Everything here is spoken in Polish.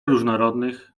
różnorodnych